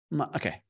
Okay